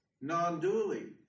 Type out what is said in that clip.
non-dually